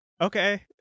Okay